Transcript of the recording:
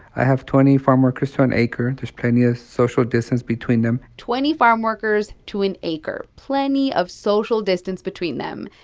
i have twenty farmworkers to an acre. there's plenty of social distance between them twenty farmworkers to an acre plenty of social distance between them.